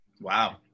wow